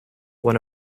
one